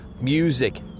music